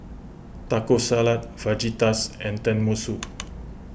Taco Salad Fajitas and Tenmusu